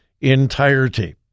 entirety